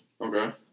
Okay